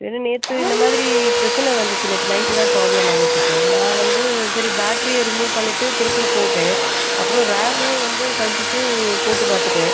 சரின்னு நேற்று இந்த மாதிரி பிரச்சின வந்துச்சு நேற்று நைட்டு தான் ப்ராப்ளம் வந்துச்சு சார் நான் வந்து சரி பேட்ரியை ரிமூவ் பண்ணிவிட்டு திருப்பியும் போட்டேன் அப்புறம் ரேமையும் வந்து கழட்டிட்டு போட்டு பார்த்துட்டேன்